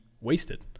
wasted